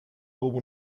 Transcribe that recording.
come